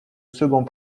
second